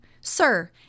sir